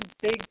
big